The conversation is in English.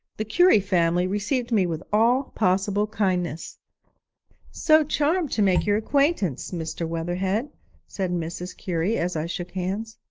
the currie family received me with all possible kindness so charmed to make your acquaintance, mr. weatherhead said mrs. currie, as i shook hands.